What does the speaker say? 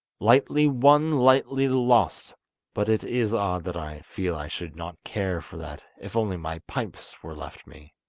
lightly won, lightly lost but it is odd that i feel i should not care for that if only my pipes were left me